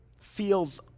feels